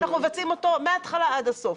אנחנו מבצעים אותו מהתחלה עד הסוף.